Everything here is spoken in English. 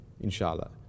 Inshallah